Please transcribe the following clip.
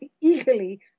eagerly